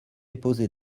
déposé